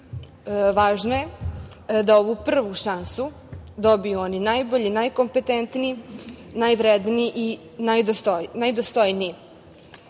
važno. Važno je da ovu prvu šansu dobiju oni najbolji, najkompetentniji, najvredniji i najdostojniji,